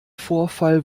vorfall